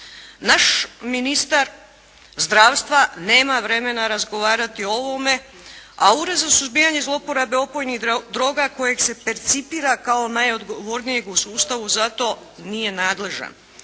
Naš ministar zdravstva nema vremena razgovarati o ovome, a Ured za suzbijanje zloporabe opojnih droga kojeg se percipira kao najodgovornijeg u sustav za to nije nadležan